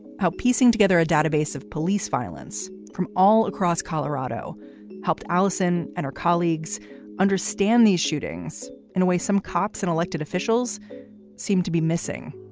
how piecing together a database of police violence from all across colorado helped allison and her colleagues understand these shootings in a way some cops and elected officials seemed to be missing.